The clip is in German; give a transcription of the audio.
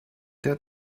der